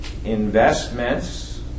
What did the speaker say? investments